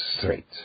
straight